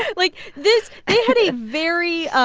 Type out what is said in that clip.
yeah like, this they had a very